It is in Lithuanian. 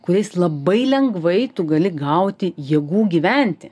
kuriais labai lengvai tu gali gauti jėgų gyventi